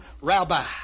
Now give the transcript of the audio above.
Rabbi